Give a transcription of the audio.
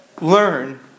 learn